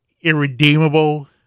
irredeemable